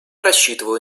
рассчитываю